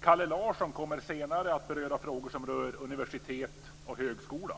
Kalle Larsson kommer senare att beröra frågor som rör universitet och högskola.